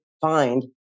find